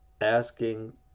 asking